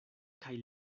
kaj